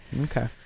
okay